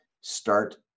Start